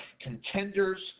contenders